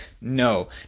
No